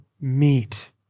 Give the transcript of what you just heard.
meet